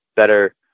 Better